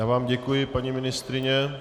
Já vám děkuji, paní ministryně.